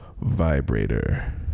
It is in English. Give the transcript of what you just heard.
vibrator